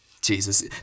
Jesus